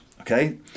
okay